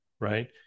right